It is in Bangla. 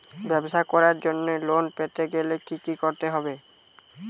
ব্যবসা করার জন্য লোন পেতে গেলে কি কি করতে হবে?